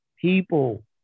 people